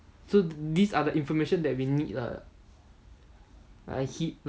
so these are the information we need lah like like